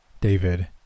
David